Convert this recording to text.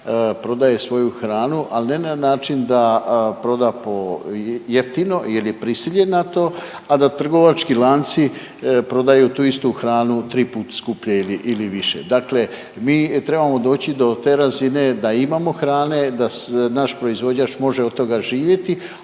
prodaje svoju hranu, ali ne na način da proda po jeftino jer je prisiljen na to, a da trgovački lanci prodaju tu istu hranu 3 puta skuplje ili više. Dakle, mi trebamo doći do te razine da imamo hrane, da naš proizvođač od toga može živjeti,